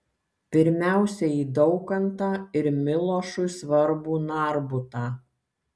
pirmiausia į daukantą ir milošui svarbų narbutą